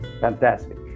fantastic